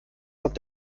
kommt